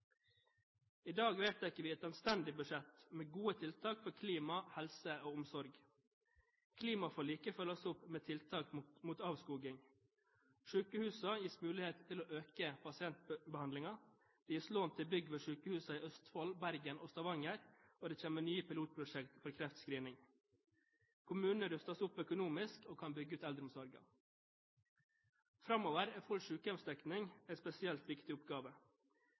I dag vedtar vi et anstendig budsjett, med gode tiltak for klima, helse og omsorg. Klimaforliket følges opp med tiltak mot avskoging. Sykehusene gis mulighet til å øke pasientbehandlingen, det gis lån til bygg ved sykehusene i Østfold, Bergen og Stavanger, og det kommer nye pilotprosjekter for kreftscreening. Kommunene rustes opp økonomisk og kan bygge ut eldreomsorgen. Framover er full sykehjemsdekning en spesielt viktig oppgave.